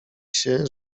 się